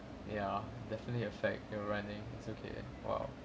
ya definitely affect the running it's okay !wow!